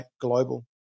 global